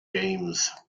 games